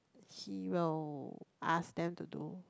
he will ask them to do